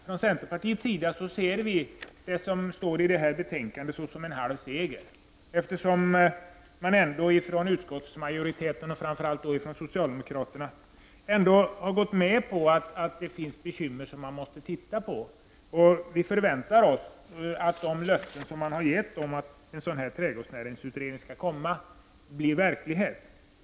Från centerpartiets sida ser vi det som står i detta betänkande som halv seger eftersom utskottsmajoriteten, och framför allt socialdemokraterna, ändå har gått med på att det finns bekymmer som man måste titta på. Vi förväntar oss att man förverkligar de löften som man har gett om att en trädgårdsnäringsutredning skall komma.